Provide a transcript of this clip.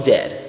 Dead